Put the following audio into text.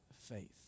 faith